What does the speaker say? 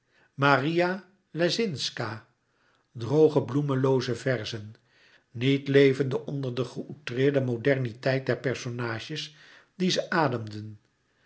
maria lescinszca droge bloemelooze verzen niet levende onder de geöutreerde moderniteit der personages die ze ademden